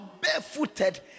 barefooted